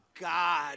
God